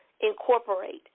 incorporate